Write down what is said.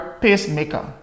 pacemaker